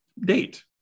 date